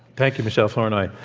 thank you, michele flournoy.